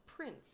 Prince